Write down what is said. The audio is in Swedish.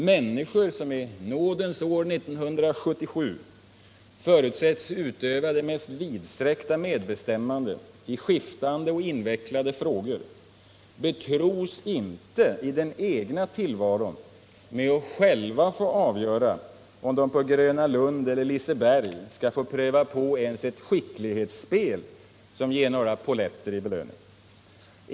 Människor, som i nådens år 1977 förutsätts utöva det mest vidsträckta medbestämmande i skiftande och invecklade frågor, betros inte i den egna tillvaron med att själva få avgöra om de på Gröna Lund eller Liseberg skall få pröva på ens ett skicklighetsspel, som ger några polletter i belöning.